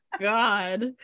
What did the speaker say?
god